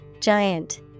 Giant